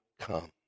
come